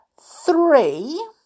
Three